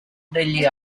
degli